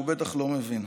שהוא בטח לא מבין.